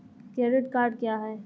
Credit card क्या है?